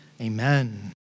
Amen